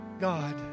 God